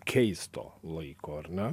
keisto laiko ar ne